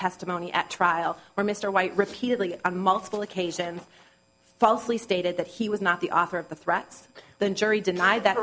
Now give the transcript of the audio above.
testimony at trial where mr white repeatedly on multiple occasions falsely stated that he was not the author of the threats the jury denied that